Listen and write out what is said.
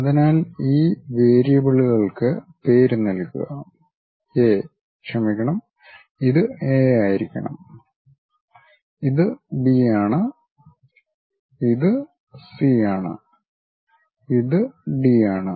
അതിനാൽ ഈ വേരിയബിളുകൾക്ക് പേര് നൽകുക എ ക്ഷമിക്കണം ഇത് എ ആയിരിക്കണം ഇത് ബി ആണ് ഇത് സി ആണ് ഇത് ഡി ആണ്